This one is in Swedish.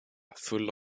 full